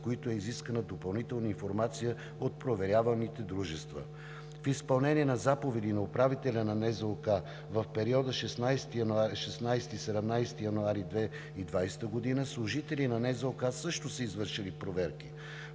които е изискана допълнителна информация от проверяваните дружества. В изпълнение на заповеди на управителя на НЗОК в периода 16 – 17 януари 2020 г. служители на НЗОК също са извършили проверки.